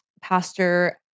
pastor